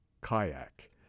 Kayak